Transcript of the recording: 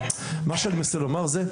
אבל מה שאני מנסה לומר זה,